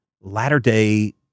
latter-day